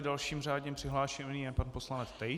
Dalším řádně přihlášeným je pan poslanec Tejc.